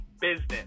business